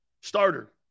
Starter